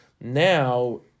now